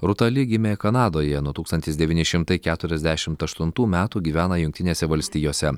rūta li gimė kanadoje nuo tūkstantis devyni šimtai keturiasdešimt aštuntų metų gyvena jungtinėse valstijose